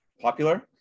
popular